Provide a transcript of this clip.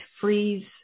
freeze